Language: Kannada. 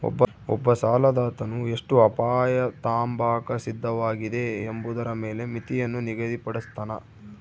ಒಬ್ಬ ಸಾಲದಾತನು ಎಷ್ಟು ಅಪಾಯ ತಾಂಬಾಕ ಸಿದ್ಧವಾಗಿದೆ ಎಂಬುದರ ಮೇಲೆ ಮಿತಿಯನ್ನು ನಿಗದಿಪಡುಸ್ತನ